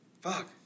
Fuck